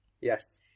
Yes